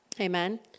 Amen